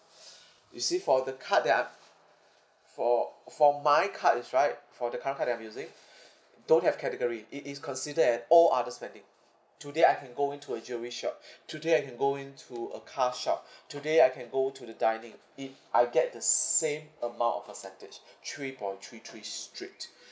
you see for the card that I'm for for my card is right for the current card that I'm using don't have category it is consider at all others spending today I can go into a jewellery shop today I can go into a car shop today I can go to the dining if I get the s~ same amount of percentage three point three three straight